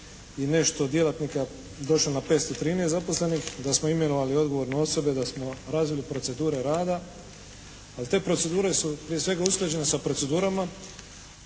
i nešto djelatnika došli na 513 zaposlenih, da smo imenovali odgovorne osobe, da smo razvili procedure rada, ali te procedure su prije svega usklađene sa procedurama